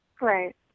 Right